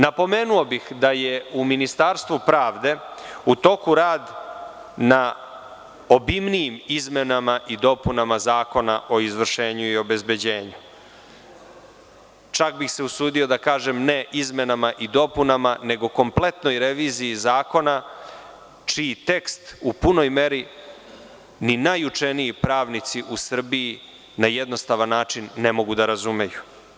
Napomenuo bih da je u Ministarstvu pravde u toku rad na obimnijim izmenama i dopunama Zakona o izvršenju i obezbeđenju, čak bih se usudio da kažem – ne izmenama i dopunama, nego kompletnoj reviziji zakona, čiji tekst u punoj meri ni najučeniji pravnici u Srbiji na jednostavan način ne mogu da razumeju.